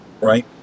Right